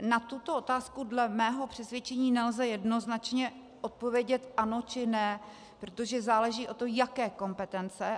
Na tuto otázku dle mého přesvědčení nelze jednoznačně odpovědět ano či ne, protože záleží na tom, jaké kompetence.